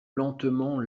lentement